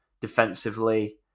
defensively